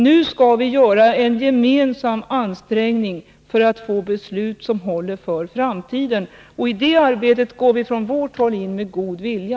Nu skall vi göra en gemensam ansträngning för att få beslut som håller för framtiden. I det arbetet går vi från vårt håll in med god vilja.